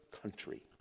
country